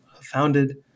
founded